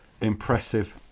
impressive